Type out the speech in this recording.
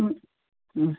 ಹ್ಞೂ ಹ್ಞೂ